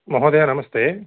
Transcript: महोदय नमस्ते